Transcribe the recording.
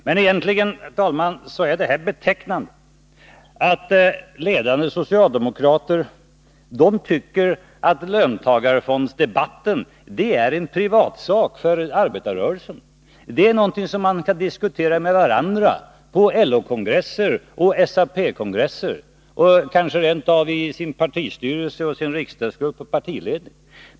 Men egentligen, herr talman, är det betecknande att ledande socialdemokrater tycker att löntagarfondsdebatten är en privatsak för arbetarrörelsen. Det är någonting som man kan diskutera med varandra på LO-kongresser, på SAP-kongresser och kanske rent av i sin partistyrelse, sin partigrupp och sin partiledning.